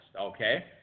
Okay